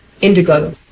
indigo